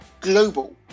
global